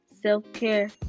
self-care